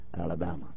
Alabama